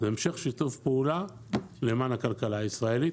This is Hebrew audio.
להמשך שיתוף פעולה למען הכלכלה הישראלית.